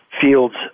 fields